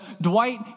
Dwight